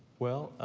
well,